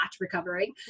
recovering